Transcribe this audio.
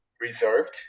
reserved